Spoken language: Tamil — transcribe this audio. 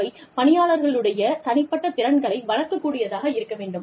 அவை பணியாளர்களுடைய தனிப்பட்ட திறன்களை வளர்க்கக்கூடியதாக இருக்க வேண்டும்